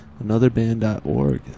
anotherband.org